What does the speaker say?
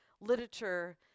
literature